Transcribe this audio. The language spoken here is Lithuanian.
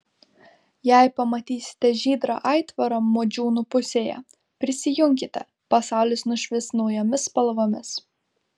jei pamatysite žydrą aitvarą modžiūnų pusėje prisijunkite pasaulis nušvis naujomis spalvomis